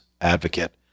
advocate